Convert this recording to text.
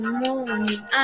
morning